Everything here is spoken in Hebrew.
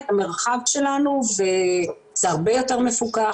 את המרחב שלנו וזה הרבה יותר מפוקח,